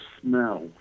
smell